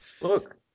Look